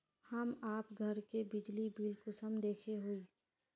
हम आप घर के बिजली बिल कुंसम देखे हुई?